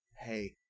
hey